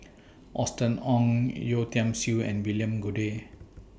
Austen Ong Yeo Tiam Siew and William Goode